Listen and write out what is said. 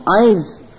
eyes